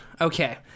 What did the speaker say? okay